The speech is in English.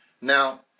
Now